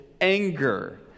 anger